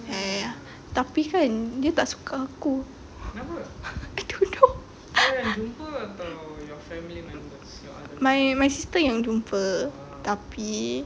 ya ya ya tapi kan dia tak suka aku I don't know my sister yang jumpa tapi